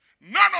none